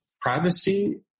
privacy